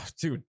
Dude